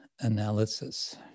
analysis